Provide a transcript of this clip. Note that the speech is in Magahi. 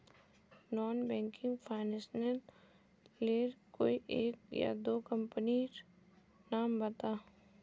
नॉन बैंकिंग फाइनेंशियल लेर कोई एक या दो कंपनी नीर नाम बता?